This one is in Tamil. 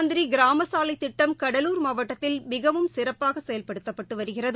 மந்திரி கிராம சாலைத்திட்டம் கடலூர் மாவட்டத்தில் மிகவும் பிரதம சிறப்பாக செயல்படுத்தப்பட்டு வருகிறது